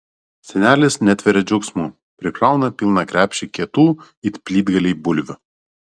senelis netveria džiaugsmu prikrauna pilną krepšį kietų it plytgaliai bulvių